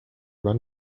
run